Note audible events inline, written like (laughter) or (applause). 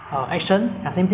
and (coughs)